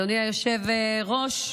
אדוני היושב-ראש,